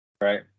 right